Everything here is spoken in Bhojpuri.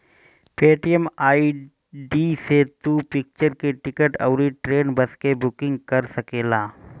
पेटीएम आई.डी से तू पिक्चर के टिकट अउरी ट्रेन, बस के बुकिंग कर सकेला